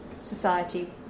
society